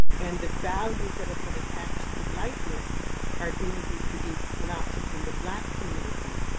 and the values that have been attached to lightness are being reproduced not just in the black community,